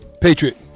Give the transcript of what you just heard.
Patriot